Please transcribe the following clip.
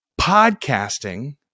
Podcasting